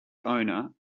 owner